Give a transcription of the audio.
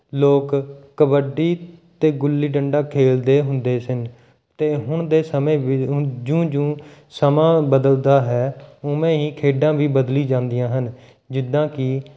ਲੋਕ ਕਬੱਡੀ ਅਤੇ ਗੁੱਲੀ ਡੰਡਾ ਖੇਲਦੇ ਹੁੰਦੇ ਸਨ ਅਤੇ ਹੁਣ ਦੇ ਸਮੇਂ ਜਿਉਂ ਜਿਉਂ ਸਮਾਂ ਬਦਲਦਾ ਹੈ ਉਵੇਂ ਹੀ ਖੇਡਾਂ ਵੀ ਬਦਲ ਜਾਂਦੀਆਂ ਹਨ ਜਿੱਦਾਂ ਕਿ